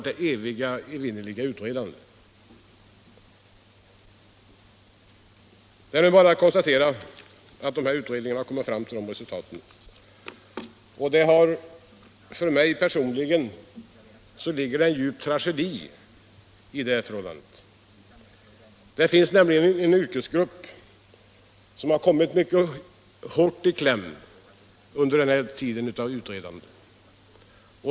Det är bara att konstatera att dessa utredningar har lett till det resultatet. För mig personligen ligger det en djup tragedi i detta förhållande. Det finns nämligen en yrkesgrupp som har kommit mycket hårt i kläm under denna tid av utredande.